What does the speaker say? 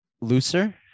looser